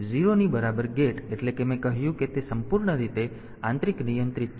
તેથી 0 ની બરાબર ગેટ એટલે કે મેં કહ્યું કે તે સંપૂર્ણ રીતે આંતરિક નિયંત્રિત છે